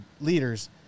leaders